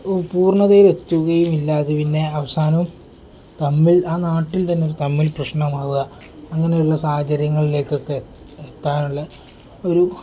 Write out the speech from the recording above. പൂർണ്ണതയിൽ എത്തുകയും ഇല്ല അതെ പിന്നെ അവസാനം തമ്മിൽ ആ നാട്ടിൽ തന്നെ തമ്മിൽ പ്രശ്നമാവുക അങ്ങനെയുള്ള സാഹചര്യങ്ങളിലേക്കൊക്കെ എത്താനുള്ള ഒരു